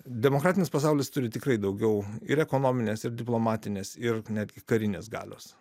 demokratinis pasaulis turi tikrai daugiau ir ekonominės ir diplomatinės ir netgi karinės galios